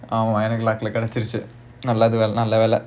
ஆமா எனக்கு:aamaa enakku luck lah கிடைச்சிடுச்சி நல்ல வேலை:kidaichiduchi nalla velai